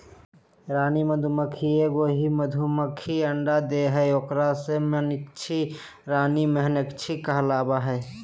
रानी मधुमक्खी एगो ही मधुमक्खी अंडे देहइ उहइ मक्षिका रानी मक्षिका कहलाबैय हइ